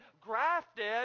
grafted